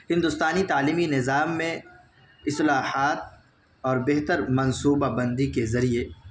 ہندوستانی تعلیمی نظام میں اصلاحات اور بہتر منصوبہ بندی کے ذریعے